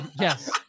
Yes